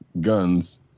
guns